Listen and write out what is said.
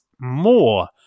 more